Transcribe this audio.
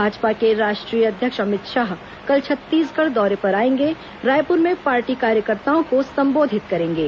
भाजपा के राष्ट्रीय अध्यक्ष अमित शाह कल छत्तीसगढ़ दौरे पर आएंगे रायपुर में पार्टी कार्यकर्ताओं को संबोधित करेंगे